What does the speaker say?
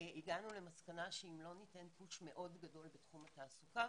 הגענו למסקנה שאם לא ניתן פוש מאוד גדול בתחום התעסוקה,